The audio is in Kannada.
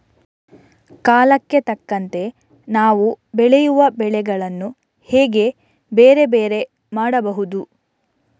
ಕಾಲಕ್ಕೆ ತಕ್ಕಂತೆ ನಾವು ಬೆಳೆಯುವ ಬೆಳೆಗಳನ್ನು ಹೇಗೆ ಬೇರೆ ಬೇರೆ ಮಾಡಬಹುದು?